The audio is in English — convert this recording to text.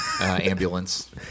Ambulance